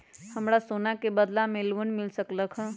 हमरा सोना के बदला में लोन मिल सकलक ह?